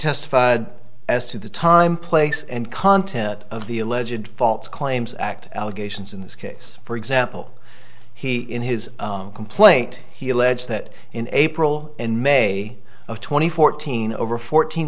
testified as to the time place and content of the alleged false claims act allegations in this case for example he in his complaint he alleged that in april in may of two thousand and fourteen over fourteen